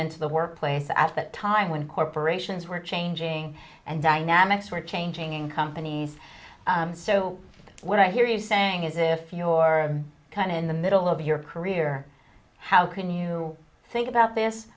into the workplace at that time when corporations were changing and dynamics were changing in companies so what i hear you saying is if your kind in the middle of your career how can you think about this